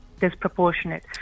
disproportionate